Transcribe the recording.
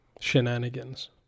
shenanigans